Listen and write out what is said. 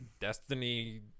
Destiny